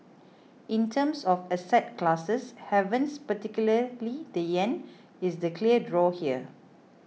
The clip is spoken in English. in terms of asset classes havens particularly the yen is the clear draw here